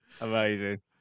amazing